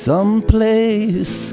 Someplace